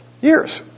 years